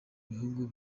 bihugu